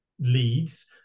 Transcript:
leads